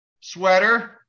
Sweater